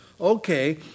okay